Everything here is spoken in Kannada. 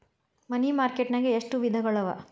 ಮನಿ ಮಾರ್ಕೆಟ್ ನ್ಯಾಗ್ ಎಷ್ಟವಿಧಗಳು ಅವ?